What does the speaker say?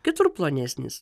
kitur plonesnis